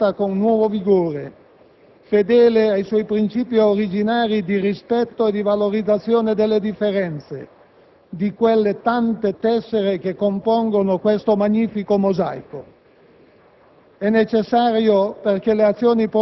È vitale perché l'Europa riparta con nuovo vigore, restando fedele ai suoi principi originari di rispetto e valorizzazione delle differenze di quelle tante tessere che compongono questo magnifico mosaico;